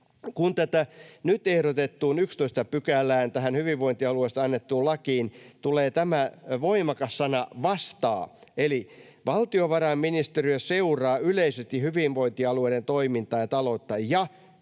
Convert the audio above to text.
kun tähän nyt ehdotettuun hyvinvointialueesta annetun lain 11 §:ään tulee tämä voimakas sana ”vastaa” — eli ”Valtiovarainministeriö seuraa yleisesti hyvinvointialueiden toimintaa ja taloutta ja vastaa